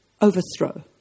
overthrow